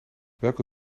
welke